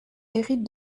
hérite